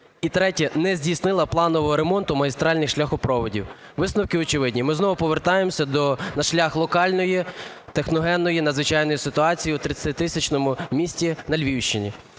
І третє. Не здійснила планового ремонту магістральних шляхопроводів. Висновки очевидні: ми знову повертаємося на шлях локальної техногенної надзвичайної ситуації у 30-тисячному місті на Львівщині.